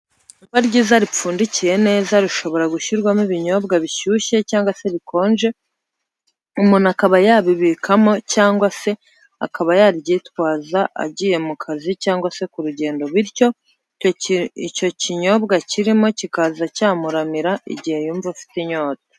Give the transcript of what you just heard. Icupa ryiza ripfundikiye neza rishobora gushyirwamo ibinyobwa bishushye cyangwa se bikonje umuntu akaba yabibikamo cyangwa se akaba yaryitwaza agiye mu kazi cyangwa se ku rugendo bityo icyo kinyobwa kirimo kikaza cyamuramira igihe yumva afite inyota.